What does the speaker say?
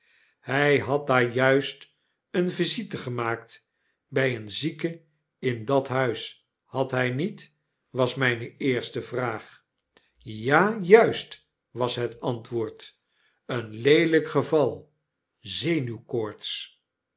h had daar juist eene visite gemaakt bij een zieke in dat huis had hij niet was myne eerste vraag ja juist was het antwoord een leelyk geval